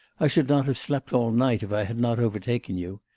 i should not have slept all night, if i had not overtaken you.